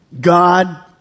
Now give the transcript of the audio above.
God